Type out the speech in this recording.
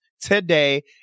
today